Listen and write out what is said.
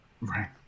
Right